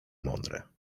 mądre